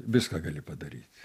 viską gali padaryt